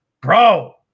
bro